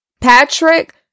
Patrick